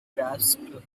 grasped